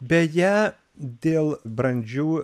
beje dėl brandžių